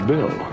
Bill